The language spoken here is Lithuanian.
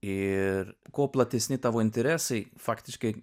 ir kuo platesni tavo interesai faktiškai